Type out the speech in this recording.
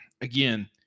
again